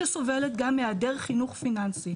שסובלת גם מהיעדר חינוך פיננסי.